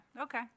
Okay